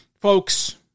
Folks